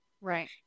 Right